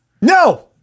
No